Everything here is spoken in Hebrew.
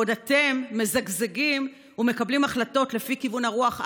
בעוד שאתם מזגזגים ומקבלים החלטות לפי כיוון הרוח,